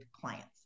clients